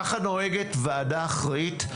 ככה נוהגת ועדה אחראית,